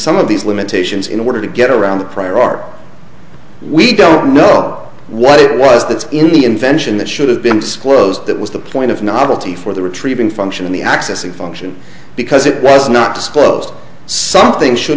some of these limitations in order to get around the prior art we don't know what it was that's in the invention that should have been disclosed that was the point of novelty for the retrieving function in the accessing function because it was not disclosed something should